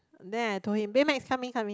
then I told him Baymax come in come in